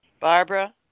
Barbara